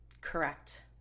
correct